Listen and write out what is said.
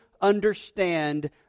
understand